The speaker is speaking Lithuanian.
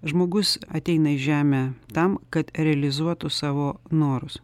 žmogus ateina į žemę tam kad realizuotų savo norus